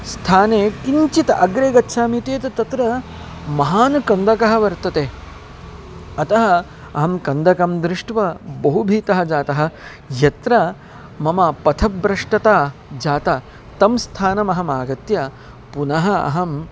स्थाने किञ्चित् अग्रे गच्छामि तेत् तत्र महान् खण्डकः वर्तते अतः अहं खण्डकं दृष्ट्वा बहु भीतः जातः यत्र मम पथभ्रष्टता जाता तं स्थानमहम् आगत्य पुनः अहम्